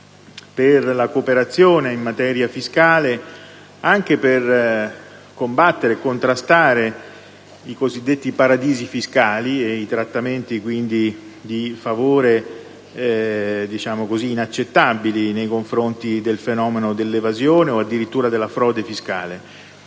per la cooperazione in materia fiscale, anche per combattere e contrastare i cosiddetti paradisi fiscali e quindi i trattamenti di favore inaccettabili nei confronti del fenomeno dell'evasione o addirittura della frode fiscale.